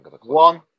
one